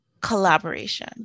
collaboration